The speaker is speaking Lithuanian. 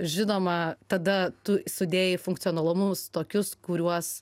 žinoma tada tu sudėjai funkcionalumus tokius kuriuos